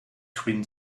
twin